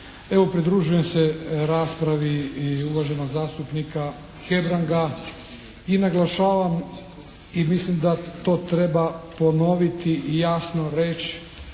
pridružujem se raspravi i uvaženog zastupnika Hebranga i naglašavam i mislim da to treba ponoviti i jasno reći